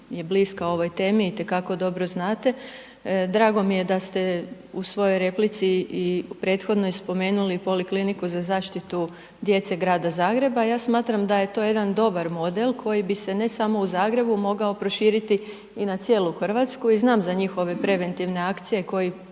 je bliska ovoj temi itekako dobro znate. Drago mi je da ste u svojoj replici i u prethodnoj spomenuli polikliniku za zaštitu djece Grada Zagreba i ja smatram da je to jedan dobar model, koji bi se ne samo u Zagrebu mogao proširiti i na cijelu Hrvatsku i znam za njihove preventivne akcije, koje